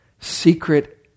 secret